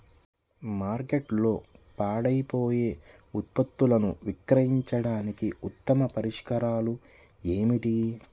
మార్కెట్లో పాడైపోయే ఉత్పత్తులను విక్రయించడానికి ఉత్తమ పరిష్కారాలు ఏమిటి?